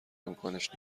امکانش